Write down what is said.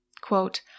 Quote